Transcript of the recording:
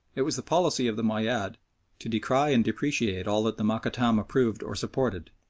it was the policy of the moayyad to decry and depreciate all that the mokattam approved or supported.